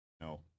No